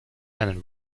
and